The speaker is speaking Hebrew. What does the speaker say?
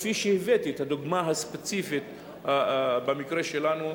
כפי שהבאתי את הדוגמה הספציפית במקרה שלנו,